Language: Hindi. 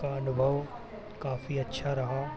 का अनुभव काफ़ी अच्छा रहा